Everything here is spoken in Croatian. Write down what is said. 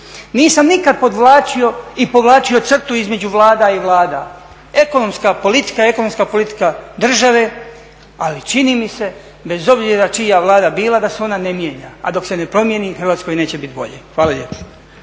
Nisam nikad podvlačio i povlačio crtu između Vlada i Vlada. Ekonomska politika, ekonomska politika države, ali čini mi se bez obzira čija Vlada bila da se ona ne mijenja, a dok se ne promijeni Hrvatskoj neće biti bolje. Hvala lijepo.